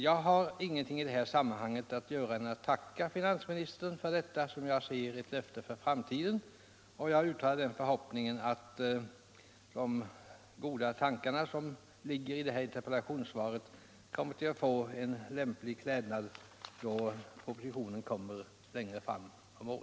Jag har inget annat att göra i detta sammanhang än att tacka finansministern för detta, som jag ser det, löfte för framtiden och jag uttalar den förhoppningen att de goda tankar som ligger i interpellationssvaret måtte få en lämplig klädnad då propositionen utarbetas längre fram i år.